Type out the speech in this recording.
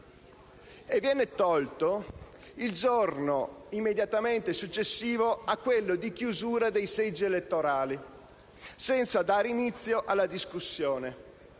e venne tolto il giorno immediatamente successivo a quello di chiusura dei seggi elettorali, senza dare inizio alla discussione.